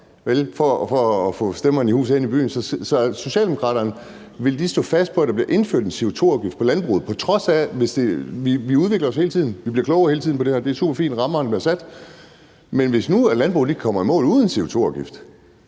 for at få stemmerne i hus herinde i byen. Så vil Socialdemokraterne stå fast på, at der bliver indført en CO2-afgift på landbruget? Vi udvikler os hele tiden, vi bliver klogere hele tiden på det her, og det er superfint, og rammerne er blevet sat. Men hvis nu landbruget kommer i mål uden CO2-afgift,